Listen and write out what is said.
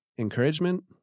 encouragement